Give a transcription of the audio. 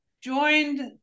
joined